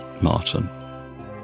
Martin